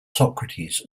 socrates